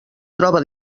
troba